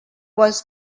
was